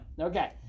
Okay